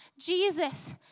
Jesus